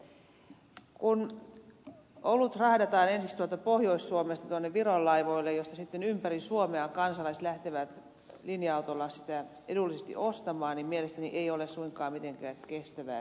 kun olut rahdataan ensiksi tuolta pohjois suomesta viron laivoille josta sitten ympäri suomea kansalaiset lähtevät linja autoilla sitä edullisesti ostamaan niin mielestäni se ei ole suinkaan mitenkään kestävää kehitystä